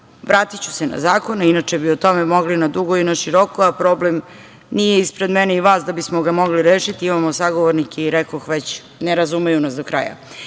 vratiću se na zakone, inače bi o tome mogli nadugo i naširoko, a problem nije ispred mene i vas da bismo ga mogli rešiti, imamo sagovornike i rekoh već – ne razumeju nas do kraja. Kada